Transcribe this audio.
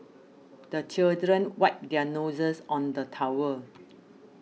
the children wipe their noses on the towel